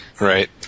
Right